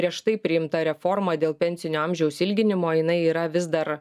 prieš tai priimta reforma dėl pensinio amžiaus ilginimo jinai yra vis dar